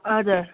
हजुर